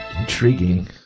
Intriguing